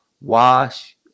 Wash